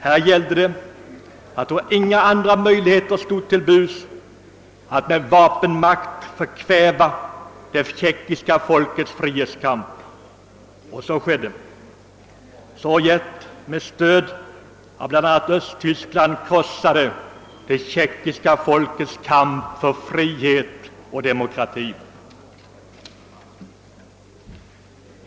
Här gällde det, då inga andra möjligheter stod till buds, att med vapenmakt förkväva det tjeckiska folkets frihetskamp och så skedde. Med stöd av bl.a. Östtyskland krossade Sovjetunionen det tjeckiska folkets kamp för frihet och demokrati.